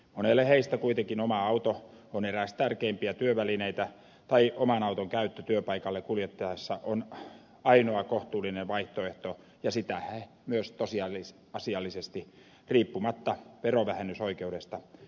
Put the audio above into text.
monelle heistä kuitenkin oma auto on eräs tärkeimpiä työvälineitä tai oman auton käyttö työpaikalle kuljettaessa on ainoa kohtuullinen vaihtoehto ja sitä he myös tosiasiallisesti riippumatta verovähennysoikeudesta käyttävät